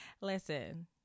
Listen